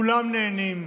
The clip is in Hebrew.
כולם נהנים,